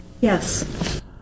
Yes